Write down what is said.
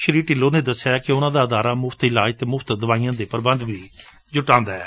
ਸ੍ਰੀ ਢਿੱਲੋਂ ਨੇ ਦਸਿਆ ਕਿ ਉਨਾਂ ਦਾ ਅਦਾਰਾ ਮੁਫ਼ਤ ਇਲਾਜ ਅਤੇ ਮੁਫ਼ਤ ਦਵਾਈਆਂ ਦੇ ਪੁਬੰਧ ਵੀ ਜੁਟਾਉਂਦਾ ਏ